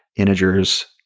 integers,